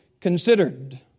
considered